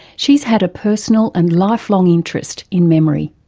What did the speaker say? she's had a personal and lifelong interest in memory.